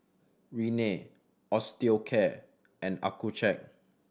Rene Osteocare and Accucheck